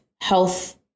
health